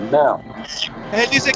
now